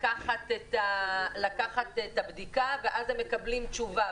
לקחת את הבדיקה ואז הם מקבלים תשובה.